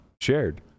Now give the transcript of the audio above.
shared